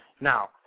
Now